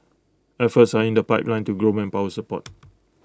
efforts are in the pipeline to grow manpower support